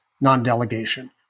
non-delegation